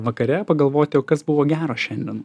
vakare pagalvoti o kas buvo gero šiandien